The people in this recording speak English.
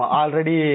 already